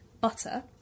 butter